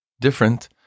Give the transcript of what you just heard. different